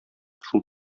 шул